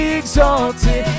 exalted